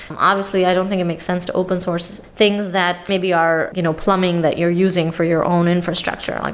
obviously, i don't think it makes sense to open source things that maybe are you know plumbing that you're using for your own infrastructure. like